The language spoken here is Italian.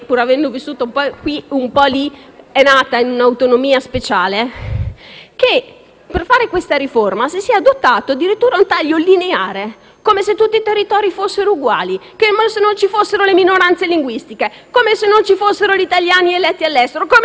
per fare questa riforma si sia adottato addirittura un taglio lineare, come se tutti i territori fossero uguali, come se non ci fossero le minoranze linguistiche, come se non ci fossero gli italiani eletti all'estero, come se non ci fossero i trattati internazionali che regolano i rapporti tra Stato e territori.